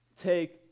take